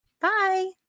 Bye